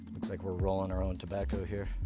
looks like we're rolling our own tobacco here.